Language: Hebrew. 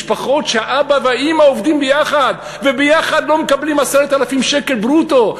משפחות שהאבא והאימא עובדים וביחד לא מקבלים 10,000 שקל ברוטו,